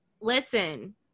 listen